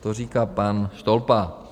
To říká pan Štolpa.